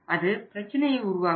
அது பிரச்சினையை உருவாக்கும்